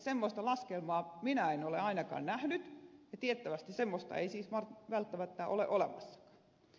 semmoista laskelmaa minä en ole ainakaan nähnyt ja tiettävästi semmoista ei siis välttämättä ole olemassakaan